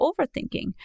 overthinking